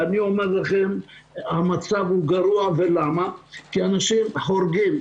ואני אומר לכם שהמצב הוא גרוע כי אנשים חורגים.